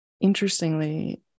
Interestingly